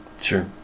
Sure